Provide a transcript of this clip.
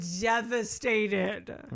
devastated